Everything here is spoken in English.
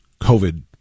COVID